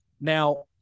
now